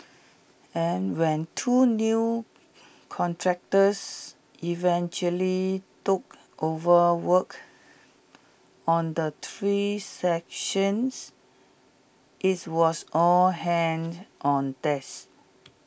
and when two new contractors eventually took over work on the three stations its was all hands on desk